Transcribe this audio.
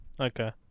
Okay